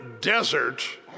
desert